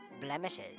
blemishes